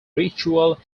ritual